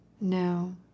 No